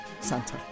Santa